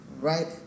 right